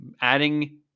adding